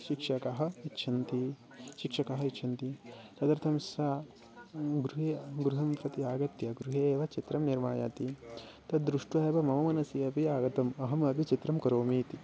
शिक्षकः यच्छति शिक्षकः यच्छति तदर्थं सा गृहे गृहं प्रति आगत्य गृहे एव चित्रं निर्माति तद् दृष्ट्वा एव मम मनसि अपि आगतम् अहम् अपि चित्रं करोमि इति